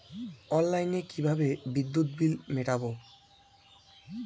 অনলাইনে কিভাবে বিদ্যুৎ বিল মেটাবো?